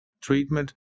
treatment